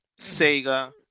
Sega